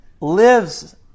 lives